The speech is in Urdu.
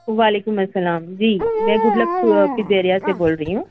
وعلیکم السّلام جی میں گڈلگ پزیریا سے بول رہی ہوں